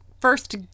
first